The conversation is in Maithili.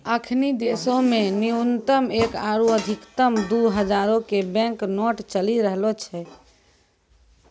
अखनि देशो मे न्यूनतम एक आरु अधिकतम दु हजारो के बैंक नोट चलि रहलो छै